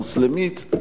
מוסלמית.